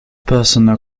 personal